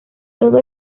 todo